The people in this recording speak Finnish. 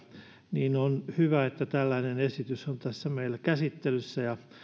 niin on hyvä että tällainen esitys on meillä käsittelyssä ja